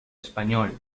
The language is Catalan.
espanyol